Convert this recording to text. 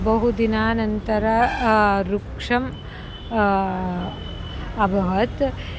बहुदिनानन्तरं वृक्षः अभवत्